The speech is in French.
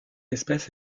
espèce